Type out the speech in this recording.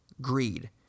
greed